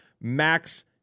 Max